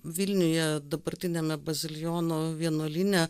vilniuje dabartiniame bazilijonų vienuolyne